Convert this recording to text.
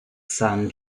san